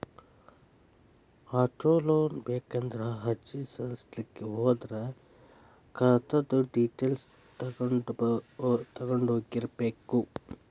auto loan ಬೇಕಂದ್ರ ಅರ್ಜಿ ಸಲ್ಲಸ್ಲಿಕ್ಕೆ ಹೋದ್ರ ಖಾತಾದ್ದ್ ಡಿಟೈಲ್ಸ್ ತಗೊಂಢೊಗಿರ್ಬೇಕ್